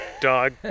dog